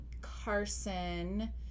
Carson